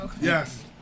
Yes